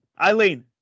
Eileen